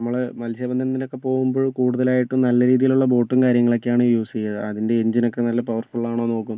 നമ്മള് മത്സ്യബന്ധനത്തിനൊക്കെ പോകുമ്പോ കൂടുതലായിട്ടും നല്ല രീതിയിലുള്ള ബോട്ടും കാര്യങ്ങളൊക്കെയാണ് യൂസ് ചെയ്യുക അതിൻ്റെ എൻജിൻ ഒക്കെ നല്ല പവർഫുൾ ആണോ എന്ന് നോക്കും